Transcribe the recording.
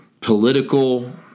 political